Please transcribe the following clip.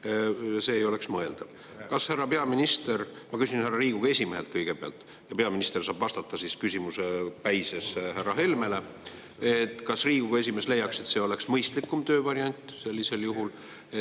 See ei oleks mõeldav. Kas härra peaminister … Ma küsin härra Riigikogu esimehelt kõigepealt – ja peaminister saab vastata siis küsimuse päises härra Helmele –, et kas Riigikogu esimees leiaks, et see oleks mõistlikum töövariant sellisel juhul,